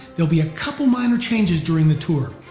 will be a couple minor changes during the tour.